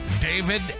David